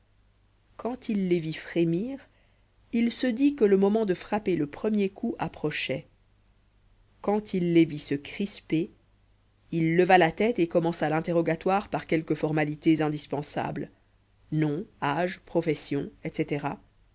quand il les vit frémir il se dit que le moment de frapper le premier coup approchait quand il les vit se crisper il releva la tête et commença l'interrogatoire par quelques formalités indispensables nom âge profession etc